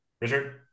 Richard